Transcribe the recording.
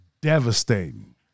Devastating